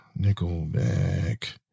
Nickelback